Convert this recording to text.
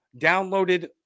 downloaded